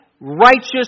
righteous